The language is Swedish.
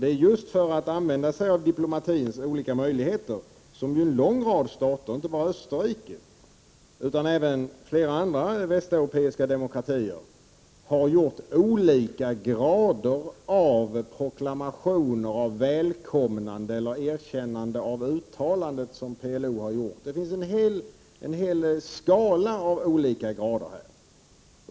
Det är just i syfte att använda sig av diplomatins olika möjligheter som en lång rad stater — inte bara Österrike, utan även flera andra västeuropeiska demokratier — har gjort olika grader av proklamationer, av välkomnande eller erkännade av uttalandet som PLO har gjort. Det finns en hel skala av olika grader.